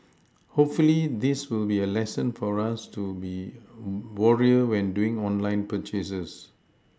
hopefully this will be a lesson for us to be warier when doing online purchases